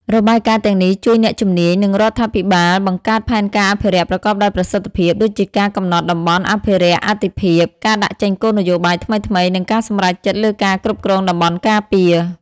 របាយការណ៍ទាំងនេះជួយអ្នកជំនាញ និងរដ្ឋាភិបាលបង្កើតផែនការអភិរក្សប្រកបដោយប្រសិទ្ធភាព ដូចជាការកំណត់តំបន់អភិរក្សអាទិភាព ការដាក់ចេញគោលនយោបាយថ្មីៗ និងការសម្រេចចិត្តលើការគ្រប់គ្រងតំបន់ការពារ។